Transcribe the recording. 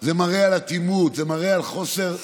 זה מראה על אטימות, זה מראה על חוסר שכל,